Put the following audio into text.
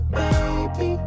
baby